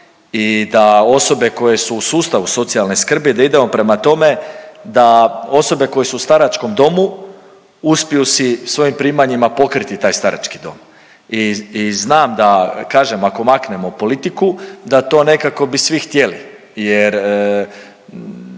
i da osobe koje su u sustavu socijalne skrbi da idemo prema tome da osobe koje su u staračkom domu, uspiju su svojim primanjima pokriti taj starački dom i znam da, kažem, ako maknemo politiku, da to nekako bi svi htjeli jer